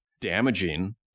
damaging